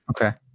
Okay